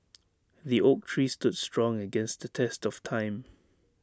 the oak tree stood strong against the test of time